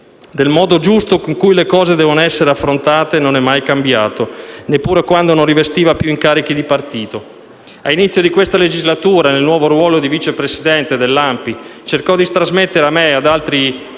del modo giusto con cui le cose devono essere affrontate, non è mai cambiato, neppure quando non rivestiva più incarichi di partito. A inizio di questa legislatura, nel nuovo ruolo di vice presidente dell'ANPI, cercò di trasmettere a me e ad altri